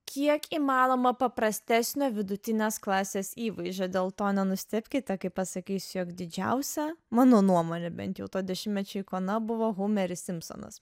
kiek įmanoma paprastesnio vidutinės klasės įvaizdžio dėl to nenustebkite kai pasakysiu jog didžiausia mano nuomone bent jau to dešimtmečio ikona buvo humeris simpsonas